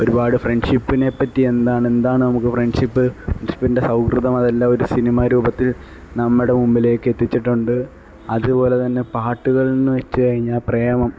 ഒരുപാട് ഫ്രണ്ട്ഷിപ്പിനെ പറ്റി എന്താണ് എന്താണ് നമുക്ക് ഫ്രണ്ട്ഷിപ്പ് ഫ്രണ്ട്ഷിപ്പിന്റെ സൗഹൃദം അതെല്ലാം ഒരു സിനിമ രൂപത്തില് നമ്മുടെ ഉള്ളിലേക്ക് എത്തിച്ചിട്ടുണ്ട് അതുപോലെ തന്നെ പാട്ടുകള് എന്ന് വെച്ചു കഴിഞ്ഞാല് പ്രേമം